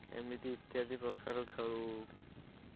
ଏମିତି ଇତ୍ୟାଦି ପ୍ରକାର ଖେଳୁ